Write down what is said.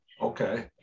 Okay